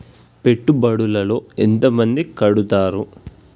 పెట్టుబడుల లో ఎంత మంది కడుతరు?